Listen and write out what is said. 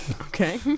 Okay